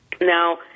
Now